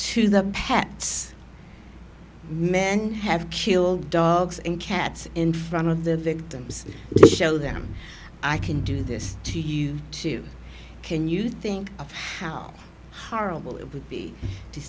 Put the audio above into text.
to the pets men have killed dogs and cats in front of the victims show them i can do this to you too can you think of how harle it would be to